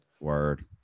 word